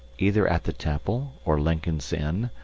either at the temple, or lincoln's inn,